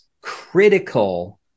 critical